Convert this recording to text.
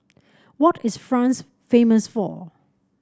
what is France famous for